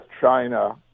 China